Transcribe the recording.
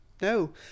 no